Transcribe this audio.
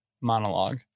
monologue